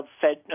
Fed